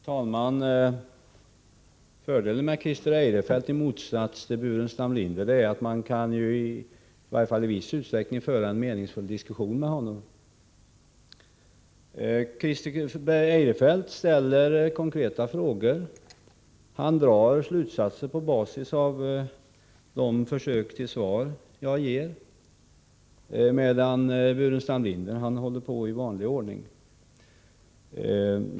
Herr talman! En fördel med Christer Eirefelt i motsats till Staffan Burenstam Linder är att man i varje fall i viss utsträckning kan föra en meningsfull diskussion med honom. Christer Eirefelt ställer konkreta frågor. Han drar slutsatser på basis av de svar som jag har försökt ge, medan Staffan Burenstam Linder håller på i vanlig ordning.